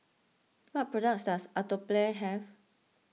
what products does Atopiclair have